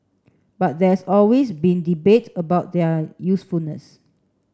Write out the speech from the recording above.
but there's always been debate about their usefulness